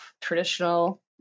traditional